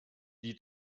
die